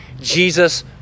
Jesus